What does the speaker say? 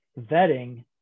vetting